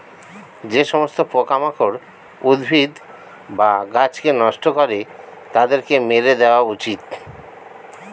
যে সমস্ত পোকামাকড় উদ্ভিদ বা গাছকে নষ্ট করে তাদেরকে মেরে দেওয়া উচিত